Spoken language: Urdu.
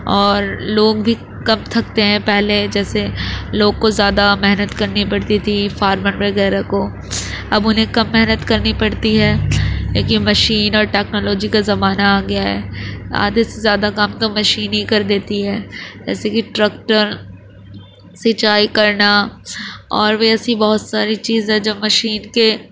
اور لوگ بھی کم تھکتے ہیں پہلے جیسے لوگ کو زیادہ محنت کرنی پڑتی تھی فارمر وغیرہ کو اب انہیں کم محنت کرنی پڑتی ہے کیونکہ مشین اور ٹیکنالوجی کا زمانہ آ گیا ہے آدھے سے زیادہ کام تو مشین ہی کر دیتی ہے جیسے کہ ٹرکٹر سیچائی کرنا اور بھی ایسی بہت ساری چیز ہے جو مشین کے